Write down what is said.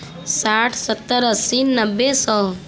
साठ सत्तर अस्सी नब्बे सौ